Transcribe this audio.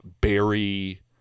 berry